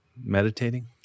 Meditating